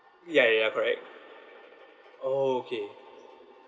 ya ya ya correct oh okay